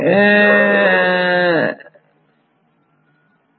जहां हमें स्कोरिंग नापने के की आवश्यकता होगी